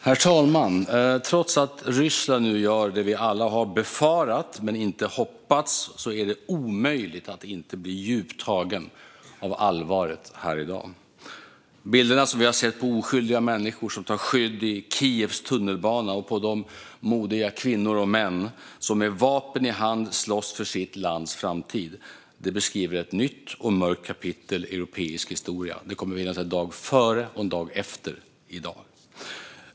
Herr talman! Trots att Ryssland nu gör det vi alla har befarat men inte hoppats är det omöjligt att inte bli djupt tagen av allvaret här i dag. De bilder vi har sett på oskyldiga människor som tar skydd i Kievs tunnelbana och på de modiga kvinnor och män som med vapen i hand slåss för sitt lands framtid beskriver ett nytt och mörkt kapitel i europeisk historia. Det kommer att finnas en dag före och en dag efter i dag.